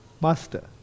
master